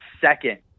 second